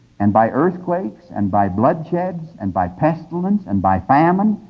and by earthquakes, and by bloodsheds, and by pestilence, and by famine.